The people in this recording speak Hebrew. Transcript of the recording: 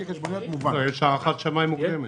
יש הערכת שמאי מוקדמת.